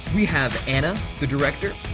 we have anna, the director,